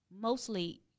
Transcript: mostly